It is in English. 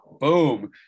Boom